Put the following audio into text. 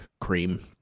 cream